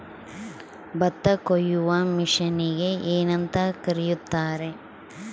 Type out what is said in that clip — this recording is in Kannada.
ಭತ್ತ ಕೊಯ್ಯುವ ಮಿಷನ್ನಿಗೆ ಏನಂತ ಕರೆಯುತ್ತಾರೆ?